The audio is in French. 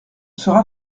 sera